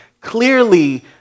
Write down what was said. Clearly